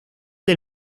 del